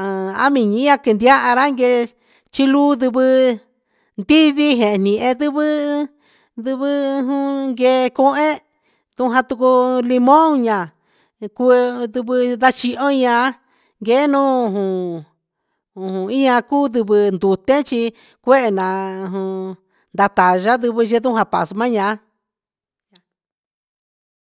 a animi quevia a chi lu ndivɨ ndivi ndivi jen nindivi ndivi guee coo ee tu ja tuu cuu limn a cuu ticuii chiho ian guee nuun ian cuu ndivɨ ndute chi cuehe naa ndarta nda yivɨ yee ndu pasma yaa.